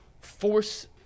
force